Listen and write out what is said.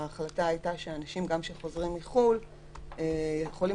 ההחלטה הייתה שאנשים שחוזרים מחו"ל כן יכולים